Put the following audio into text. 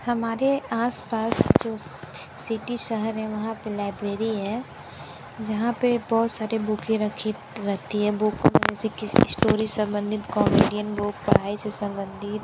हमारे आसपास जो सिटी शहर है वहाँ पर लाइब्रेरी है जहाँ पर बहुत सारी बुकें रखी रहती है बुक में से किसी स्टोरी संबंधित कॉमेडियन बुक पढ़ाई से सम्बन्धित